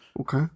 Okay